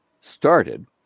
started